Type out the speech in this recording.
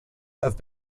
have